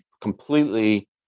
completely